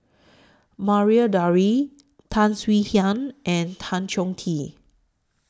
Maria Dyer Tan Swie Hian and Tan Chong Tee